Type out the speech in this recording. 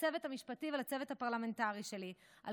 לצוות המשפטי ולצוות הפרלמנטרי שלי על